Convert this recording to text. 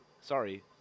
Sorry